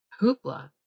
Hoopla